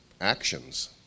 actions